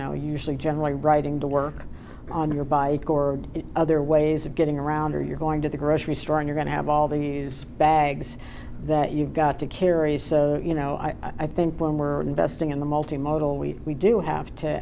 know usually generally riding to work on your bike or other ways of getting around or you're going to the grocery store you're going to have all the bags that you've got to carry so you know i think when we're investing in the multi modal we do have to